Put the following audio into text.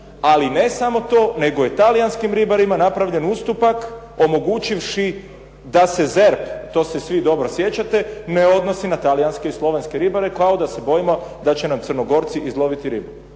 ali ne samo to, nego i talijanskim ribarima napravljen ustupak omogućivši da se ZERP to se svi dobro sjećate ne odnosi na talijanske i slovenske ribare kao da se bojimo da će nam Crnogorci izloviti ribu,